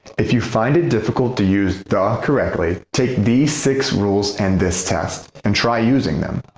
if you find it difficult to use the correctly, take these six rules and this test, and try using them.